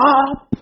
up